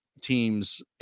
teams